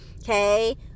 okay